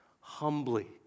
humbly